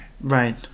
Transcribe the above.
right